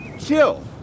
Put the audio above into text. Chill